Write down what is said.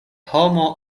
homo